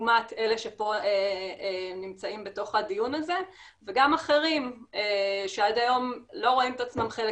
דוגמת אלה שנמצאים בדיון הזה וגם אחרים שעד היום לא רואים את עצמם חלק